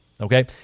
okay